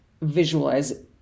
visualize